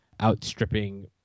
outstripping